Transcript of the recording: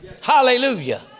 hallelujah